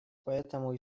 поэтому